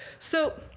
so